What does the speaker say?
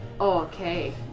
Okay